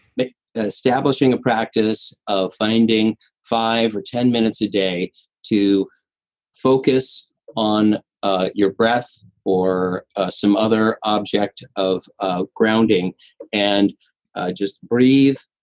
ah establishing a practice of finding five or ten minutes a day to focus on ah your breath or some other object of ah grounding and just breathe,